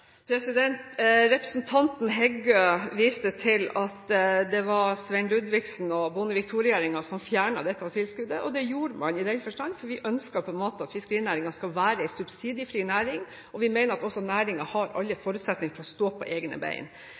Representanten Heggø viste til at det var Svein Ludvigsen og Bondevik II-regjeringen som fjernet dette tilskuddet. Det gjorde man i den forstand at vi ønsket at fiskerinæringen skal være en subsidiefri næring. Vi mener også at næringen har alle forutsetninger for å stå på egne